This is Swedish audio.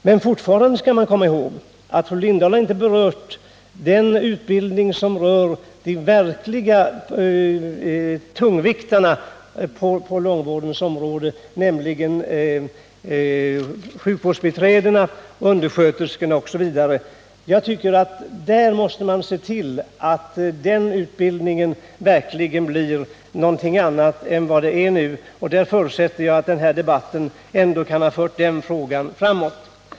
Men fortfarande skall man komma ihåg att fru Lindahl inte har berört den utbildning som rör de verkliga tungviktarna på långvårdens område, nämligen sjukvårdsbiträdena, undersköterskorna osv. Jag tycker att man där måste se till att utbildningen verkligen blir något annat än vad den är nu, och jag förutsätter att denna debatt ändå kan ha fört den frågan framåt.